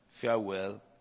farewell